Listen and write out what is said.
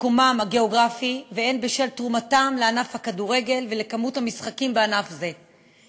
מיקומן הגיאוגרפי והן בשל תרומתן לענף הכדורגל ולכמות המשחקים בענף זה.